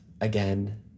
again